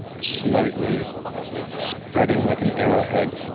slightly spreading like an arrowhead,